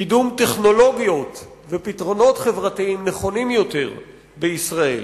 קידום טכנולוגיות ופתרונות חברתיים נכונים יותר בישראל.